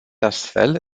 astfel